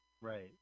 Right